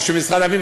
או משרד הפנים.